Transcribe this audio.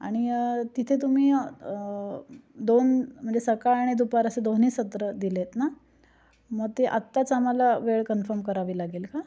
आणि तिथे तुम्ही दोन म्हणजे सकाळ आणि दुपार असे दोन्ही सत्रं दिले आहेत ना मग ते आत्ताच आम्हाला वेळ कन्फर्म करावी लागेल का